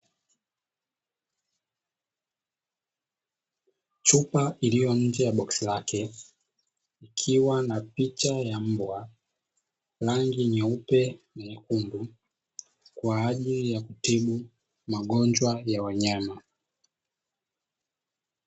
Chupa iliyo nje ya boksi lake ikiwa na picha ya mbwa rangi nyeupe na nyekundu kwa ajili ya kutibu magonjwa ya wanyama.